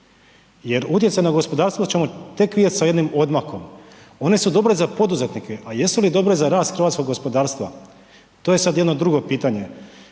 jer utjecaj na gospodarstvo ćemo tek vidjeti sa jednim odmakom, one su dobre za poduzetnike ali jesu li dobre za rast hrvatskog gospodarstva? To je sad jedno drugo pitanje